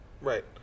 Right